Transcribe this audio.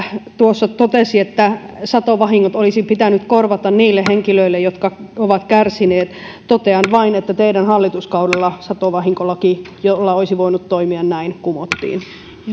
tuossa totesi että satovahingot olisi pitänyt korvata niille henkilöille jotka ovat kärsineet totean vain että teidän hallituskaudellanne satovahinkolaki jolla olisi voinut näin toimia kumottiin ja nyt